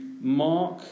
mark